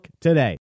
today